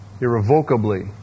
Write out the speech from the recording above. irrevocably